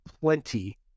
plenty